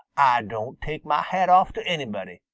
ah don't take mah hat off to anybody,